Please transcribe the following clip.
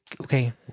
Okay